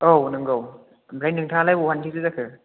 औ नोंगौ आमफ्राय नोंथाङालाय बहानिथो जाखो